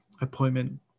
appointment